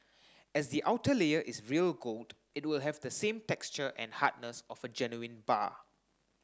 as the outer layer is real gold it will have the same texture and hardness of a genuine bar